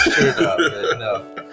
no